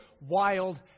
wild